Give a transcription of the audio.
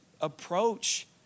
approach